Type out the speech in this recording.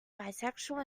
bisexual